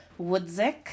Woodzik